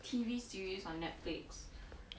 T_V series on Netflix